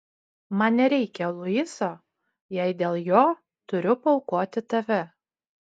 man nereikia luiso jei dėl jo turiu paaukoti tave